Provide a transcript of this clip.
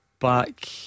back